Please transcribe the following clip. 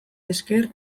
esker